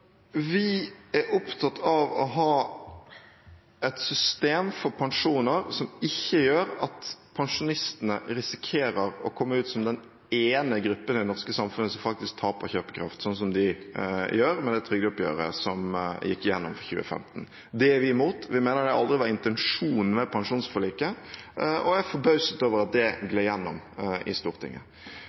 Vi er opptatt av å ha et system for pensjoner som ikke gjør at pensjonistene risikerer å komme ut som den ene gruppen i det norske samfunnet som faktisk taper kjøpekraft, sånn som de gjør med det trygdeoppgjøret som gikk igjennom for 2015. Det er vi imot. Vi mener dette aldri var intensjonen med pensjonsforliket og er forbauset over at det gled igjennom i Stortinget.